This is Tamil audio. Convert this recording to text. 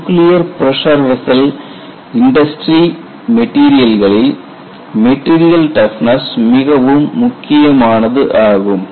நியூக்ளியர் பிரஷர் வெசல் இண்டஸ்ட்ரி மெட்டீரியல்களில் மெட்டீரியல் டஃப்னஸ் மிகவும் முக்கியமானது ஆகும்